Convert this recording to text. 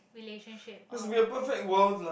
relationship or or